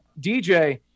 DJ